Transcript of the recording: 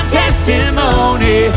testimony